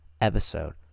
episode